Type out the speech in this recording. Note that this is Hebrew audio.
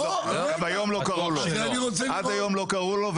עד היום לא קראו לו,